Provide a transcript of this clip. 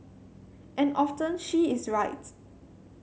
and often she is right